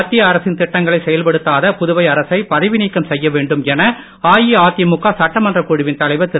மத்திய அரசின் திட்டங்களை செயல்படுத்தாத புதுவை அரசை பதவிநீக்கம் செய்ய வேண்டும் என அஇஅதிமுக சட்டமன்ற குழுவின் தலைவர் திரு